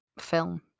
film